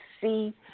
see